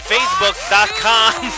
Facebook.com